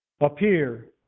appear